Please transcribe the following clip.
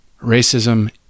Racism